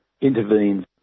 intervenes